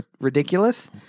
ridiculous